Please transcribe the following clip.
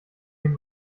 den